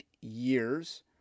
years